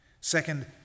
Second